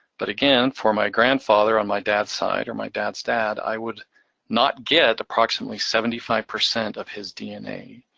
but again, for my grandfather on my dad's side, or my dad's dad, i would not get approximately seventy five percent of his dna.